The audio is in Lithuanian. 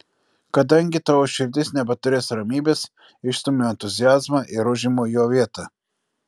kadangi tavo širdis nebeturės ramybės išstumiu entuziazmą ir užimu jo vietą